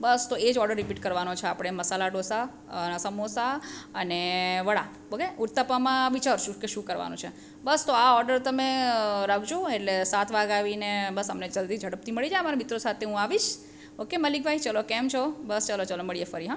બસ તો એ જ ઓડર રિપીટ કરવાનો છે આપણે મસાલા ઢોસા સમોસા અને વડા ઓકે ઉત્તપમમાં વિચારીશું કે શુ કરવાનું છું બસ તો આ ઓર્ડર તમે રાખજો એટલે સાત વાગ્યે આવીને બસ અમને જલ્દી ઝડપથી મળી જાય મારા મિત્રો સાથે હું આવીશ ઓકે મલિકભાઈ ચાલો કેમ છો બસ ચાલો ચાલો મળીયે ફરી હં